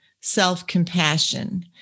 self-compassion